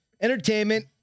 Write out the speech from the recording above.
Entertainment